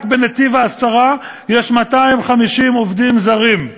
רק בנתיב-העשרה יש 250 עובדים זרים,